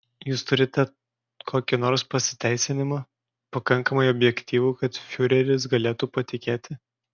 jūs turite kokį nors pasiteisinimą pakankamai objektyvų kad fiureris galėtų patikėti